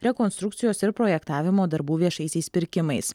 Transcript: rekonstrukcijos ir projektavimo darbų viešaisiais pirkimais